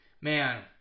man